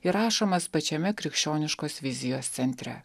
įrašomas pačiame krikščioniškos vizijos centre